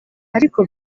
ariko